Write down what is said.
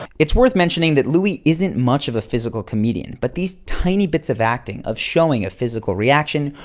it's worth mentioning that louis isn't much of a physical comedian but these tiny bits of acting, of showing a physical reaction,